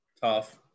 tough